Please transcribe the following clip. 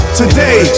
today